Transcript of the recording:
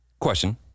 Question